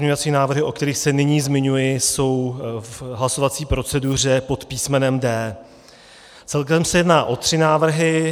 Pozměňovací návrhy, o kterých se nyní zmiňuji, jsou v hlasovací proceduře pod písmenem D. Celkem se jedná o tři návrhy.